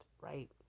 right